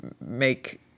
make